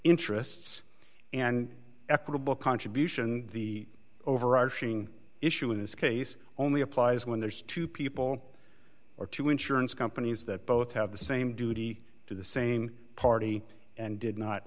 interests and equitable contribution the overarching issue in this case only applies when there's two people or two insurance companies that both have the same duty to the sane party and did not